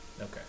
Okay